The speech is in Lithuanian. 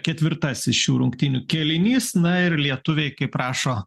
ketvirtasis šių rungtynių kėlinys na ir lietuviai kaip rašo